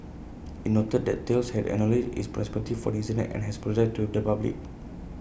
IT noted that Thales has acknowledged its responsibility for the incident and has apologised to the public